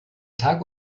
tag